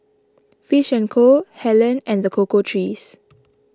Fish and Co Helen and the Cocoa Trees